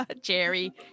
Jerry